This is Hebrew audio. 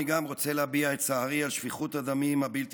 גם אני רוצה להביע את צערי על שפיכות הדמים הבלתי-פוסקת.